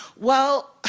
well,